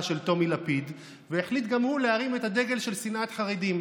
של טומי לפיד והחליט גם הוא להרים את הדגל של שנאת חרדים,